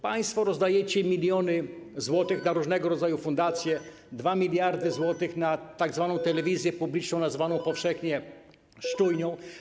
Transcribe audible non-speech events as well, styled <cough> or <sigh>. Państwo rozdajecie miliony złotych <noise> na różnego rodzaju fundacje, 2 mld zł na tzw. telewizję publiczną, nazwaną powszechnie szczujnią.